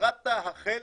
ירדת החל